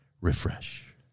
Refresh